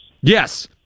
Yes